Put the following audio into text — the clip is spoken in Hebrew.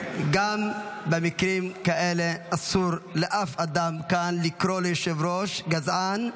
גם במקרים כאלה אסור לאף אדם כאן לקרוא ליושב-ראש גזען,